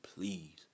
please